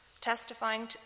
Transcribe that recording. testifying